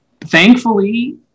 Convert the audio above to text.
Thankfully